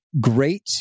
great